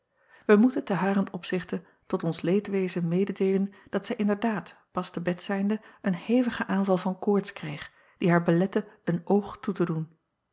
ij moeten te haren opzichte tot ons leedwezen mededeelen dat zij inderdaad pas te bed zijnde een hevigen aanval van koorts kreeg die haar belette een oog toe te doen